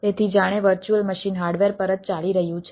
તેથી જાણે virtual machine hardware પર જ ચાલી રહ્યું છે